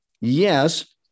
yes